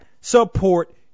support